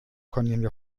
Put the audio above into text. cornelia